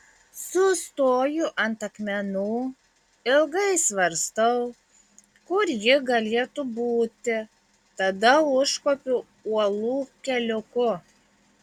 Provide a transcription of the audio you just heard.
sustoju ant akmenų ilgai svarstau kur ji galėtų būti tada užkopiu uolų keliuku